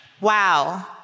wow